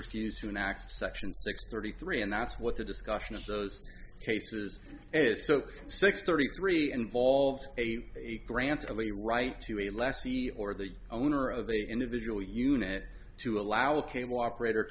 refused to enact section six thirty three and that's what the discussion of those cases is so six thirty three involved a grant of a right to a less see or the owner of the individual unit to allow the cable operator